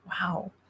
wow